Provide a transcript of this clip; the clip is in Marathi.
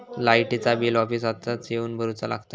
लाईटाचा बिल ऑफिसातच येवन भरुचा लागता?